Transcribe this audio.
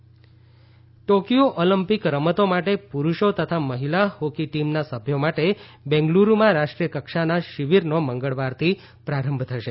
hockey Olympic Tokyo Olympic રમતો માટેની પૂરૂષો તથા મહિલા હોકી ટીમના સભ્યો માટે બેંગલૂરૂમાં રાષ્ટ્રીયકક્ષાના શિબિરનો મંગળવારથી પ્રારંભ થશે